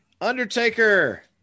Undertaker